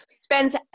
spends